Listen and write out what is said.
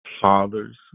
fathers